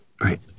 Right